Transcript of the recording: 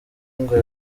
ngo